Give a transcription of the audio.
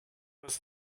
was